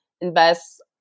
invest